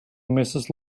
mrs